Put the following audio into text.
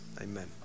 Amen